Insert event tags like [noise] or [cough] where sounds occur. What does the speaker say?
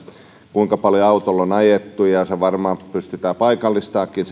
kuinka paljon autolla on ajettu ja se varmaan pystytään paikallistamaankin [unintelligible]